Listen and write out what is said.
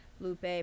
Lupe